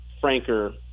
franker